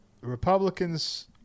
Republicans